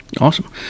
Awesome